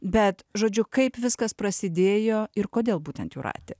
bet žodžiu kaip viskas prasidėjo ir kodėl būtent jūratė